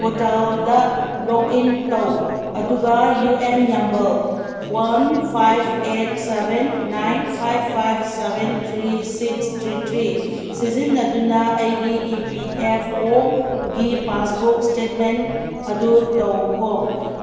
ꯄꯣꯔꯇꯥꯜꯗ log in ꯇꯧ ꯑꯗꯨꯒ U N number one five eight seven nine five five seven three six three three ꯁꯤꯖꯤꯟꯅꯗꯨꯅ ꯑꯩꯒꯤ E P F O ꯒꯤ passbook statement ꯑꯗꯨ ꯇꯧꯈꯣ